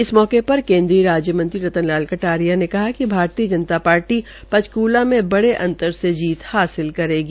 इस मौके पर केन्द्रीय राज्य मंत्री रतन लाल कटारिया ने कहा कि भारतीय जनता पार्टी पंचकूला में बड़े अंतर से जीत हासिल करेगी